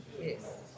yes